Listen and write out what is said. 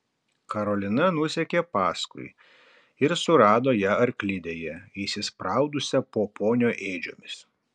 karolina nusekė paskui ir surado ją arklidėje įsispraudusią po ponio ėdžiomis